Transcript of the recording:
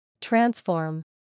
Transform